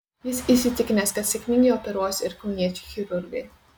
jis įsitikinęs kad sėkmingai operuos ir kauniečiai chirurgai